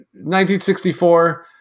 1964